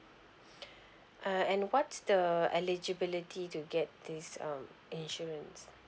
uh and what's the eligibility to get this um insurance